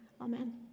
Amen